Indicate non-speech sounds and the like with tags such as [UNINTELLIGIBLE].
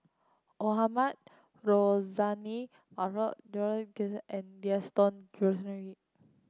Mohamed Rozani [UNINTELLIGIBLE] and Gaston Dutronquoy